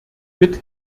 mit